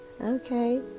Okay